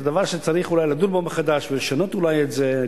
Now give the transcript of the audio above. זה דבר שצריך אולי לדון בו מחדש ואולי לשנות את זה.